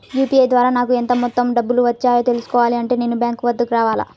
UPI ద్వారా నాకు ఎంత మొత్తం డబ్బులు వచ్చాయో తెలుసుకోవాలి అంటే నేను బ్యాంక్ వద్దకు రావాలా?